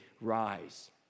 rise